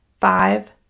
five